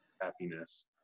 happiness